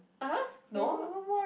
(uh huh) no